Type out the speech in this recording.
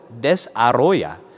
desarrolla